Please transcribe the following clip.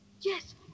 Yes